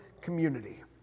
community